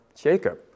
Jacob